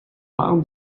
found